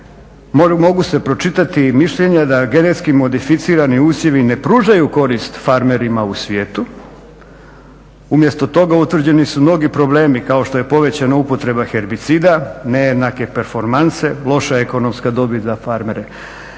mogu se pročitati i mišljenja da genetski modificirani usjevi ne pružaju korist farmerima u svijetu, umjesto toga utvrđeni su mnogi problemi kao što je povećana upotreba herbicida, nejednake performanse, loša ekonomska dobit za farmere.